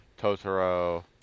Totoro